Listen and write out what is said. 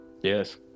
Yes